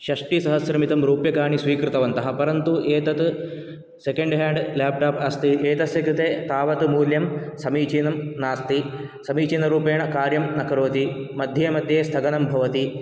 षष्टिसहस्रमितं रूप्यकाणि स्वीकृतवन्तः परन्तु एतद् सेकण्ड् हेण्ड् लेप्टाप् अस्ति एतस्य कृते तावत् मूल्यं समीचीनं नास्ति समीचीनरूपेण कार्यं न करोति मध्ये मध्ये स्थगनं भवति